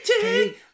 take